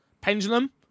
Pendulum